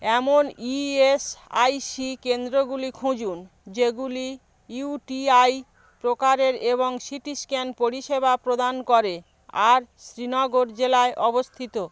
এমন ইএসআইসি কেন্দ্রগুলি খুঁজুন যেগুলি ইউটিআই প্রকারের এবং সিটি স্ক্যান পরিষেবা প্রদান করে আর শ্রীনগর জেলায় অবস্থিত